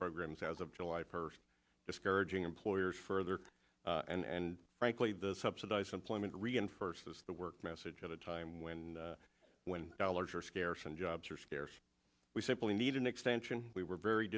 programs as of july first discouraging employers further and frankly the subsidized employment reinforces the work message at a time when when dollars are scarce and jobs are scarce we simply need an extension we were very